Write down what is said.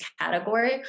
category